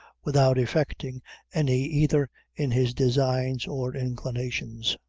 without effecting any either in his designs or inclinations.